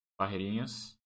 Barreirinhas